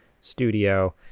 studio